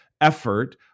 effort